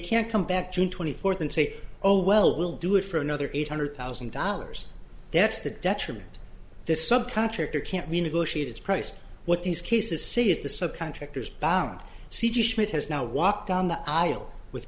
can't come back june twenty fourth and say oh well we'll do it for another eight hundred thousand dollars that's the detriment this sub contractor can't we negotiate its price what these cases say is the subcontractors bound cedar schmidt has now walked down the aisle with